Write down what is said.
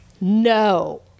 no